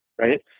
Right